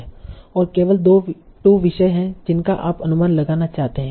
और केवल 2 विषय हैं जिनका आप अनुमान लगाना चाहते हैं